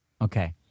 okay